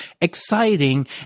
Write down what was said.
exciting